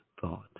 thought